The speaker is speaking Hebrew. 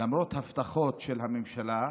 למרות ההבטחות של הממשלה,